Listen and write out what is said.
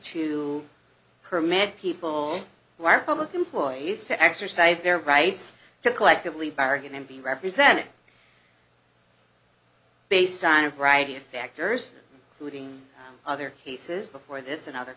to her mad people who are public employees to exercise their rights to collectively bargain and be represented based on a variety of factors putting other cases before this and other